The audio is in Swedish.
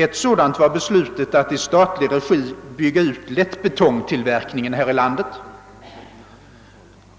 Ett exempel på detta är beslutet att i statlig regi bygga ut lättbetongproduktionen här i landet.